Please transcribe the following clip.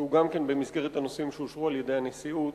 וגם הוא במסגרת הנושאים שאושרו על-ידי הנשיאות.